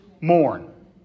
mourn